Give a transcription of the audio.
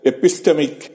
Epistemic